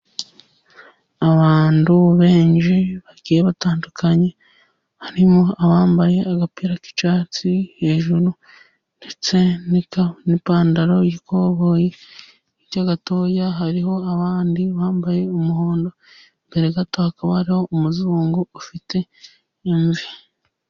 Abantu benshi bagiye batandukanye, harimo abambaye agapira k'icyatsi hejuru, ndetse n'ipantaro y'ikoboyi, hirya gatoya hariho abandi bambaye umuhondo, imbere gato hakaba hariho umuzungu ufite imvi.